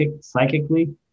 psychically